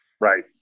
Right